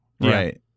Right